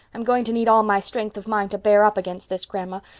i'm going to need all my strength of mind to bear up against this, grandma,